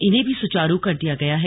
इन्हें भी सुचारू कर दिया गया है